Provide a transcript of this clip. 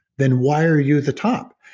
then why are you at the top?